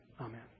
Amen